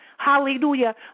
Hallelujah